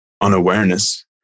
unawareness